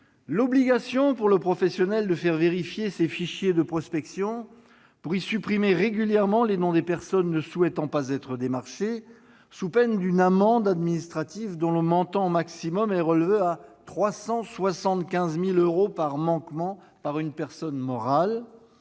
l'obligation pour le professionnel de faire vérifier ses fichiers de prospection afin d'y supprimer régulièrement le nom des personnes ne souhaitant pas être démarchées, sous peine d'une amende administrative, dont le montant maximum est relevé à 375 000 euros par manquement pour une personne morale.